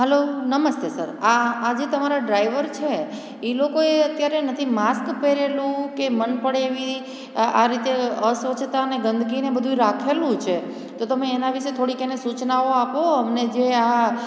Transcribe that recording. હાલો નમસ્તે સર આ આજે તમારા ડ્રાઈવર છે એ લોકોએ અત્યારે નથી માસ્ક પહેરેલું કે મન પડે એવી આ રીતે અસ્વચ્છતાને ગંદકીને બધુંય રાખેલું છે તો તમે એના વિશે થોડીક એને સૂચનાઓ આપો અમને જે આ